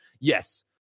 yes